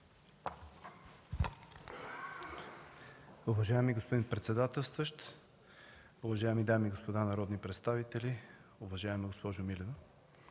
Уважаеми господин председателстващ, уважаеми дами и господа народни представители! Уважаема госпожо Милева,